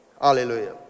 Hallelujah